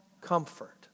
comfort